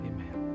Amen